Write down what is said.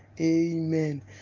Amen